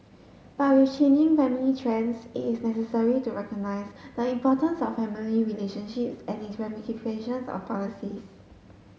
but with changing family trends it's necessary to recognise the importance of family relationships and its on policies